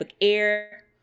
Air